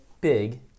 big